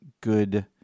good